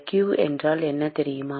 q என்றால் என்ன தெரியுமா